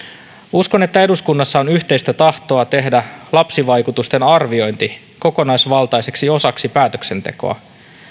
uskon että eduskunnassa on yhteistä tahtoa tehdä lapsivaikutusten arviointi kokonaisvaltaiseksi osaksi päätöksentekoa